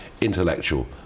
intellectual